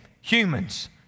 humans